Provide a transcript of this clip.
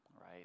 Right